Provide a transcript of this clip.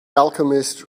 alchemist